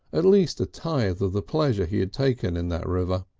at least a tithe of the pleasure he had taken in that river.